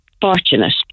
fortunate